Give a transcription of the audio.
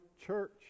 church